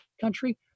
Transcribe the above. country